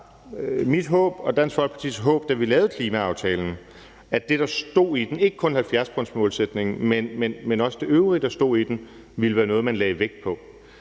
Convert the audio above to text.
mit håb og Dansk Folkepartis håb, da vi lavede klimaaftalen, at det, der stod i den, ikke kun 70-procentsmålsætningen, men også det øvrige, der stod i den, ville være noget, man lagde vægt på,